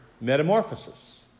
metamorphosis